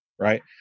Right